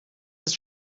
ist